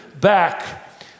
back